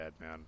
man